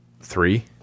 three